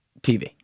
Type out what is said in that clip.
TV